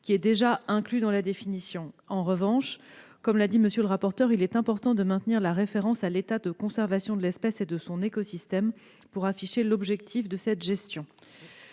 étant déjà incluse dans la définition. En revanche, comme l'a dit M. le rapporteur, il est important de maintenir la référence à l'état de conservation de l'espèce et de son écosystème, pour afficher l'objectif de cette gestion.